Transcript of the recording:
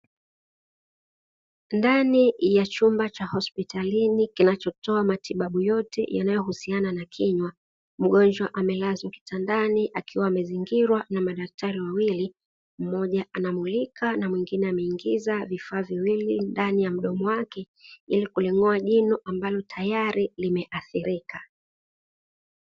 Ndani ya chumba cha hospitalini kichotoa matibabu yote yanayohusiana na afya ya kinywa . Mgonjwa amelazwa kitandani akiwa amezingirwa na madaktari wawili mmoja anamulika na mwingine anaingiza vifaa viwili ndani ya mdomo wake ili kuling`oa jino ambalo tayri limeathirika